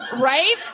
Right